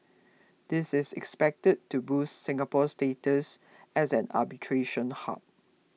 this is expected to boost Singapore's status as an arbitration hub